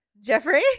Jeffrey